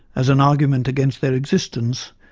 as an argument against their existence,